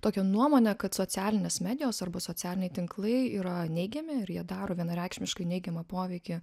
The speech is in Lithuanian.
tokią nuomonę kad socialinės medijos arba socialiniai tinklai yra neigiami ir jie daro vienareikšmiškai neigiamą poveikį